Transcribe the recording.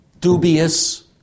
dubious